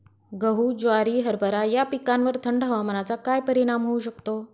गहू, ज्वारी, हरभरा या पिकांवर थंड हवामानाचा काय परिणाम होऊ शकतो?